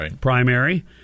primary